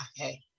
okay